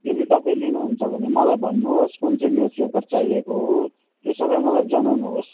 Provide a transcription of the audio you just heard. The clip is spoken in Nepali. यदि तपाईँ लिनु हुन्छ भने मलाई भनु होस् कुन चाहिँ न्युज पेपर चाहिएको हो त्यो सबै मलाई जनाउनु होस्